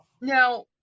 now